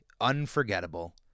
unforgettable